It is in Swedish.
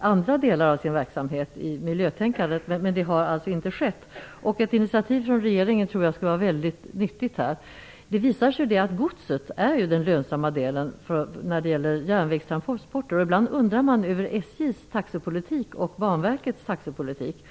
andra delar av sin verksamhet i miljötänkandet, men det har inte skett. Jag tror att ett initiativ från regeringen skulle vara mycket nyttigt i det sammanhanget. Det har visat sig att det är godstransporterna som är den lönsamma delen i järnvägstrafiken. Man undrar ibland över SJ:s och Banverkets taxepolitik.